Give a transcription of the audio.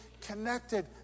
connected